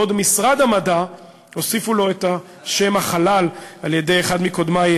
בעוד למשרד המדע הוסף "והחלל" על-ידי אחד מקודמי,